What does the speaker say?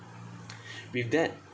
with that